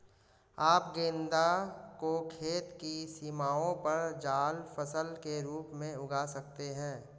आप गेंदा को खेत की सीमाओं पर जाल फसल के रूप में उगा सकते हैं